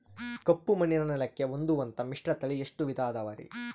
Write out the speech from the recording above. ಕಪ್ಪುಮಣ್ಣಿನ ನೆಲಕ್ಕೆ ಹೊಂದುವಂಥ ಮಿಶ್ರತಳಿ ಎಷ್ಟು ವಿಧ ಅದವರಿ?